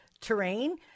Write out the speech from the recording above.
terrain